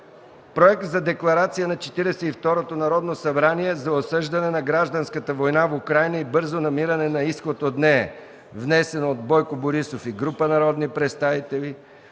Проект за декларация на Четиридесет и второто Народно събрание за осъждане на гражданската война в Украйна и бързо намиране на изход от нея, внесен от Бойко Борисов и група народни представители;